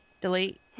Delete